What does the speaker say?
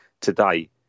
today